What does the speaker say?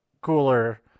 cooler